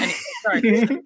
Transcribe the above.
Sorry